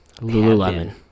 Lululemon